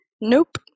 Nope